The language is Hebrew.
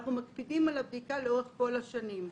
אנחנו מקפידים על הבדיקה לאורך כל השנים.